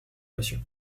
monsieur